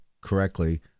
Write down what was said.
correctly